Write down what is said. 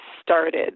started